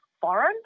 foreign